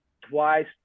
twice